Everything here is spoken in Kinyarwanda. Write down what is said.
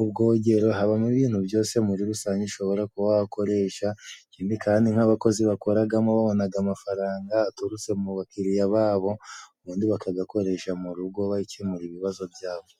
ubwogero， habamo ibintu byose muri rusange，ushobora kubakoresha， ikindi kandi nk'abakozi bakoragamo babonaga amafaranga aturutse mu bakiriya babo， ubundi bakagakoresha mu rugo bakemura ibibazo byabo.